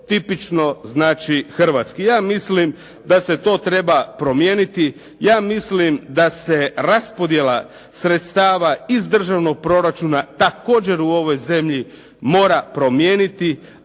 tipično znači hrvatski. Ja mislim da se to treba promijeniti, ja mislim da se raspodjela sredstava iz državnog proračuna također u ovoj zemlji mora promijeniti,